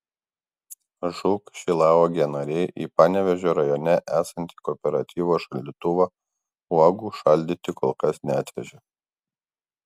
žūk šilauogė nariai į panevėžio rajone esantį kooperatyvo šaldytuvą uogų šaldyti kol kas neatvežė